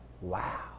Wow